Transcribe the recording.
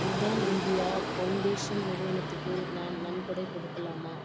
Udaan India foundation நிறுவனத்துக்கு நான் நன்கொடை கொடுக்கலாமா